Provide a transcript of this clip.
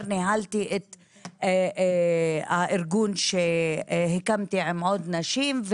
ניהלתי את הארגון שהקמתי עם עוד נשים.